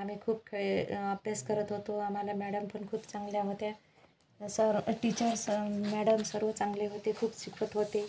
आम्ही खूप खेळ अभ्यास करत होतो आम्हाला मॅडम पण खूप चांगल्या होत्या सर टिचर्स मॅडम सर्व चांगले होते खूप शिकवत होते